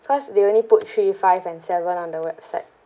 because they only put three five and seven on the website